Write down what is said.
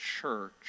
church